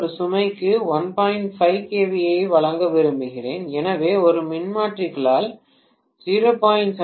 5 kVA ஐ வழங்க விரும்புகிறேன் எனவே ஒரு மின்மாற்றிகளால் 0